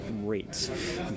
rates